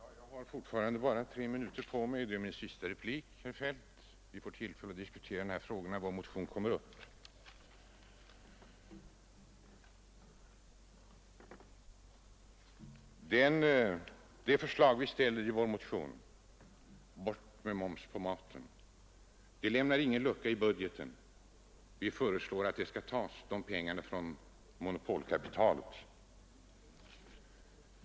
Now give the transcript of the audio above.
Herr talman! Jag har fortfarande bara tre minuter på mig, och detta är min sista replik, herr Feldt. Vi får tillfälle att diskutera dessa frågor när vår motion kommer upp till behandling. Det förslag som vi ställer i vår motion — bort med momsen på mat — lämnar ingen lucka i budgeten. Vi föreslår att pengarna skall tas från monopolkapitalet.